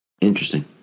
Interesting